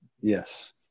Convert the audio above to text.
Yes